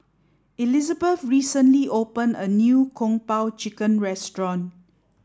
Elizabeth recently opened a new Kung Po Chicken Restaurant